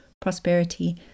prosperity